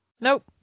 Nope